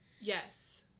Yes